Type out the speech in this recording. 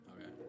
Okay